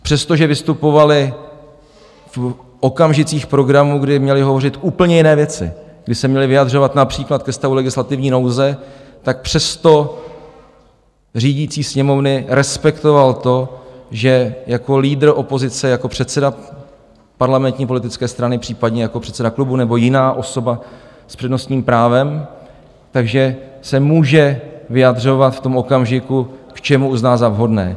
Přestože vystupovali v okamžicích programu, kdy měli hovořit k úplně jiné věci, kdy se měli vyjadřovat například ke stavu legislativní nouze, tak přesto řídící Sněmovny respektoval to, že jako lídr opozice, jako předseda parlamentní politické strany, případně jako předseda klubu nebo jiná osoba s přednostním právem, tak že se může vyjadřovat v tom okamžiku, k čemu uzná za vhodné.